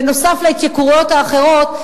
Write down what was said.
נוסף על ההתייקרויות האחרות,